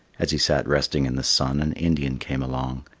as he sat resting in the sun, an indian came along.